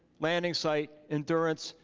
landing site endurance,